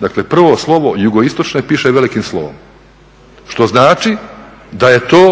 dakle prvo slovo jugoistočne piše velikim slovom što znači da je to